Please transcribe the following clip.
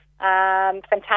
Fantastic